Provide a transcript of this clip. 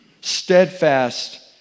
steadfast